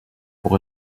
pour